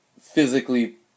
physically